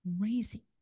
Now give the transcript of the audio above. Crazy